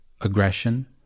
aggression